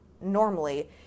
normally